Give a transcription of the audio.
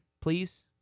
please